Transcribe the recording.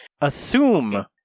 Assume